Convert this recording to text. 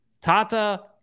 Tata